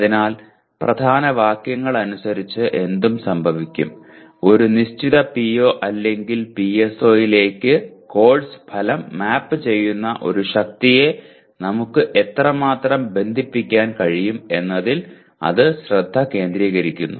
അതിനാൽ പ്രധാന വാക്യങ്ങൾ അനുസരിച്ച് എന്ത് സംഭവിക്കും ഒരു നിശ്ചിത PO അല്ലെങ്കിൽ PSO യിലേക്ക് കോഴ്സ് ഫലം മാപ്പ് ചെയ്യുന്ന ഒരു ശക്തിയെ നമുക്ക് എത്രമാത്രം ബന്ധിപ്പിക്കാൻ കഴിയും എന്നതിൽ അത് ശ്രദ്ധ കേന്ദ്രീകരിക്കുന്നു